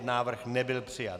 Návrh nebyl přijat.